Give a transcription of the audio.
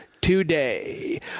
today